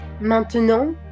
maintenant